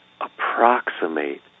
approximate